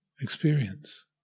experience